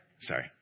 Sorry